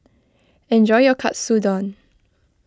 enjoy your Katsudon